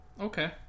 okay